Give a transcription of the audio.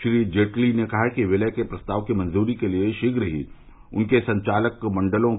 श्री जेटली ने कहा कि विलय के प्रस्ताव की मंजूरी के लिए शीघ्र ही उनके संचालक मंडलों की बैठक होगी